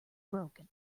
broken